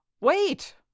Wait